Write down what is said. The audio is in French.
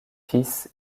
fils